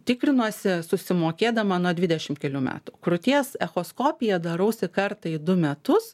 tikrinuosi susimokėdama nuo dvidešim kelių metų krūties echoskopiją darausi kartą į du metus